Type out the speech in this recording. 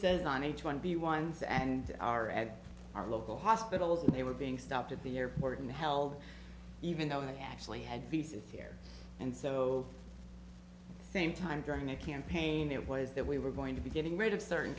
said on h one b ones and our at our local hospitals and they were being stopped at the airport and held even though they actually had pieces here and so same time during the campaign it was that we were going to be getting rid of certain